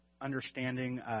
understanding